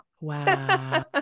Wow